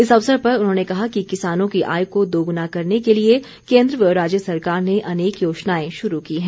इस अवसर पर उन्होंने कहा कि किसानों की आय को दोगुना करने के लिए केन्द्र व राज्य सरकार ने अनेक योजनाएं शुरू की हैं